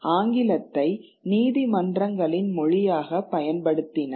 ஆங்கிலத்தை நீதிமன்றங்களின் மொழியாக பயன்படுத்தினர்